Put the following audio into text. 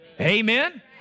Amen